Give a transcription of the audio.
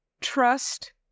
trust